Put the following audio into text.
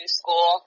school